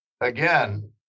again